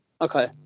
Okay